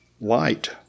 light